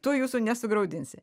tu jūsų nesugraudinsi